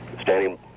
Standing